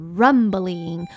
rumbling